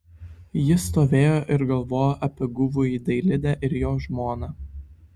ji stovėjo ir galvojo apie guvųjį dailidę ir jo žmoną